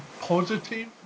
positive